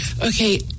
Okay